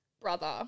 Brother